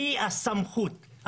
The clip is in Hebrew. היא הסמכות.